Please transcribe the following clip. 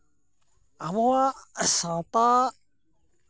ᱟᱵᱚᱣᱟᱜ ᱥᱟᱶᱛᱟ